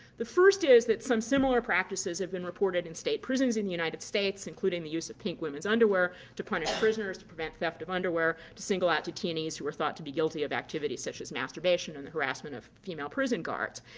the first is that some similar practices have been reported in state prisons in the united states, including the use of pink women's underwear to punish prisoners, to prevent theft of underwear, to single out detainees who were thought to be guilty of activities such as masturbation and the harassment of female prison guards.